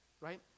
right